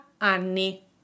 anni